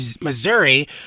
Missouri